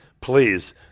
please